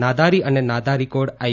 નાદારી અને નાદારી કોડ આઈ